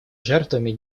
жертвами